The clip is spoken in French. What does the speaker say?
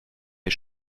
mes